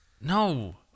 No